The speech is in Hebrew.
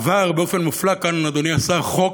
עבר באופן מופלא כאן, אדוני השר, חוק,